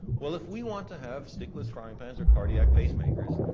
well, if we want to have stickless frying pans or cardiac pacemakers,